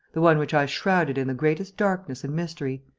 the one which i shrouded in the greatest darkness and mystery,